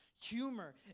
humor